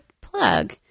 plug